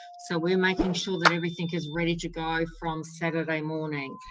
so we are making sure that everything is ready to go from saturday morning.